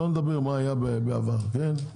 לא נדבר מה היה בעבר, כן?